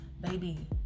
baby